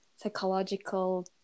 Psychological